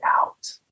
out